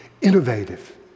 innovative